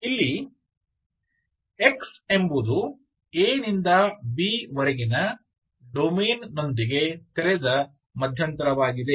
ಇಲ್ಲಿ x ಎಂಬುದು a ನಿಂದ b ವರೆಗಿನ ಡೊಮೇನ್ನೊಂದಿಗೆ ತೆರೆದ ಮಧ್ಯಂತರವಾಗಿದೆ